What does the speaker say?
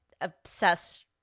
obsessed